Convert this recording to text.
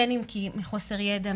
בין אם מחוסר ידע,